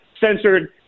censored